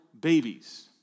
babies